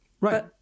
Right